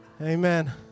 Amen